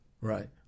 right